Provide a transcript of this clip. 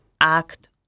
act